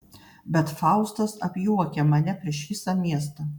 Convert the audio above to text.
bet faustas apjuokia mane prieš visą miestą